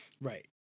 Right